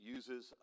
uses